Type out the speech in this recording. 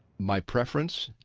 my preference,